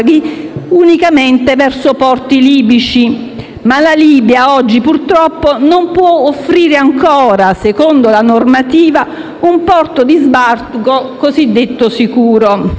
unicamente verso porti libici, ma la Libia oggi, purtroppo, non può offrire ancora, secondo la normativa, un porto di sbarco cosiddetto sicuro.